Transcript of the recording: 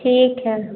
ठीक है